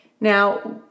Now